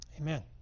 Amen